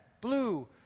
blue